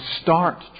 start